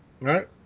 right